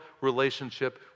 relationship